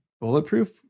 bulletproof